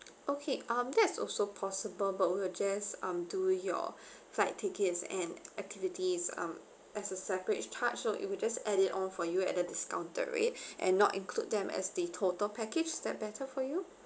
okay um that's also possible but we will just um do your flight tickets and activities um as a separate charge so it would just add it all for you at a discounted rate and not include them as the total package is that better for you